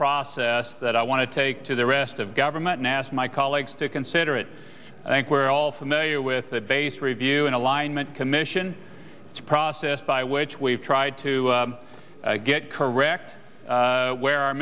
process that i want to take to the rest of government and ask my colleagues to consider it i think we're all familiar with that based review and alignment commission it's a process by which we've tried to get correct where our